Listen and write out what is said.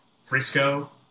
Frisco